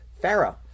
Pharaoh